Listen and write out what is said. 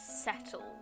settled